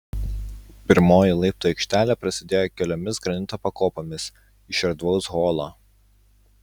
pirmoji laiptų aikštelė prasidėjo keliomis granito pakopomis iš erdvaus holo